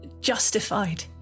justified